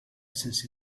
sense